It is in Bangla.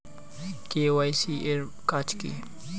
কে.ওয়াই.সি এর কাজ কি?